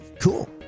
Cool